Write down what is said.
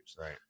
Right